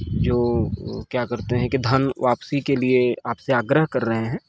जो क्या करते हैं कि धन वापसी के लिए आपसे आग्रह कर रहे हैं